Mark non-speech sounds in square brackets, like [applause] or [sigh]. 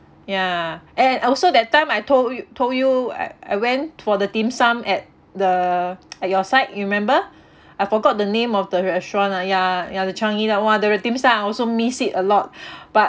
ya and also that time I told you told you I I went for the dim sum at the [noise] at your side you remember I forgot the name of the restaurant lah ya ya the changi lah !wah! the dim sum I also miss it a lot but